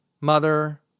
mother